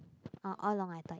oh all along I thought is